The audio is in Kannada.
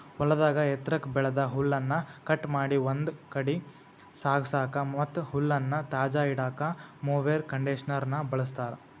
ಹೊಲದಾಗ ಎತ್ರಕ್ಕ್ ಬೆಳದ ಹುಲ್ಲನ್ನ ಕಟ್ ಮಾಡಿ ಒಂದ್ ಕಡೆ ಸಾಗಸಾಕ ಮತ್ತ್ ಹುಲ್ಲನ್ನ ತಾಜಾ ಇಡಾಕ ಮೊವೆರ್ ಕಂಡೇಷನರ್ ನ ಬಳಸ್ತಾರ